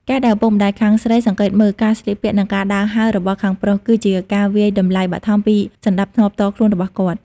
ការដែលឪពុកម្ដាយខាងស្រីសង្កេតមើល "ការស្លៀកពាក់ និងការដើរហើរ" របស់ខាងប្រុស គឺជាការវាយតម្លៃបឋមពីសណ្ដាប់ធ្នាប់ផ្ទាល់ខ្លួនរបស់គាត់។